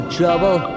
trouble